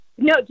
No